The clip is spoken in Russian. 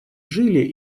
жили